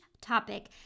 topic